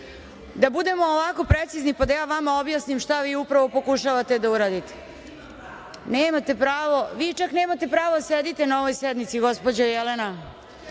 da budemo precizni kada ja vama objasnim šta vi upravo pokušavate da uradite. Nemate pravo. Vi čak nemate pravo da sedite na ovoj sednici gospođo Jelena,